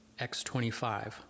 X25